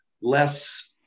less